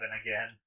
again